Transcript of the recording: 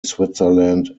switzerland